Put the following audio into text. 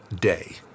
day